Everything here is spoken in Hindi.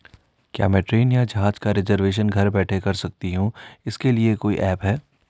क्या मैं ट्रेन या जहाज़ का रिजर्वेशन घर बैठे कर सकती हूँ इसके लिए कोई ऐप है?